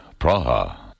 Praha